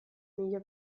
mila